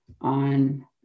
on